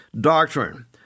doctrine